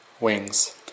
wings